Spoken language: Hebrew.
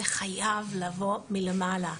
הוא שזה חייב לבוא מלמעלה.